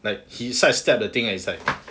like he side stepped the thing is like